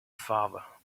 father